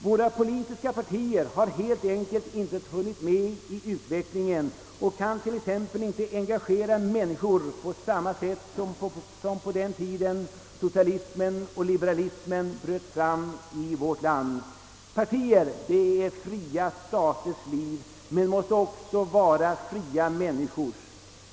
Våra politiska partier har helt enkelt inte hunnit med i utvecklingen och kan t.ex. inte engagera människor på samma sätt som på den tiden då socialismen och liberalismen bröt fram i vårt land. Partier är fria staters liv, men de måste också vara fria människors.